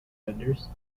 vendors